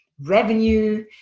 revenue